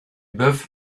boeuf